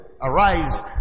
Arise